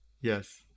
Yes